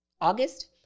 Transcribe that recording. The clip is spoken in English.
August